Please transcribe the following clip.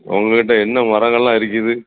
உங்க கிட்டே என்ன மரங்களெலாம் இருக்குது